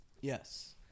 Yes